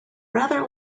rather